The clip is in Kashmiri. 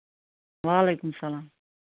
وعلیکُم سَلام